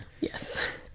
Yes